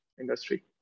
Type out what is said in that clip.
industry